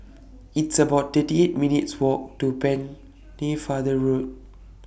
It's about thirty eight minutes' Walk to Pennefather Road